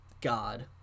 God